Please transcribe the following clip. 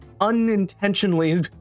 unintentionally